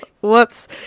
whoops